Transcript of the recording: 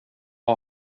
har